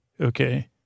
Okay